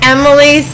Emily